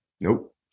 Nope